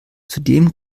zudem